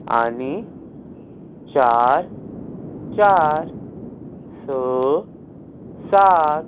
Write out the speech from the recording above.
आनी चार चार स सात